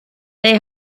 they